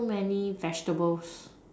too many vegetables